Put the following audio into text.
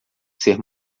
ser